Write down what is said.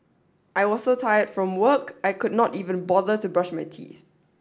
I was so tired from work I could not even bother to brush my teeth